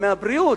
מהבריאות?